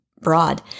broad